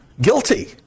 Guilty